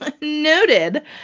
Noted